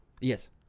Yes